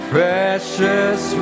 Precious